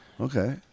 Okay